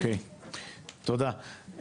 אוקיי, תודה.